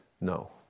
no